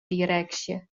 direksje